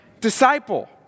disciple